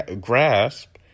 grasp